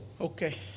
Okay